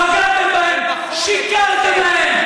כתבתם, עליתם, ירדתם.